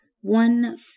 one